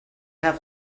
have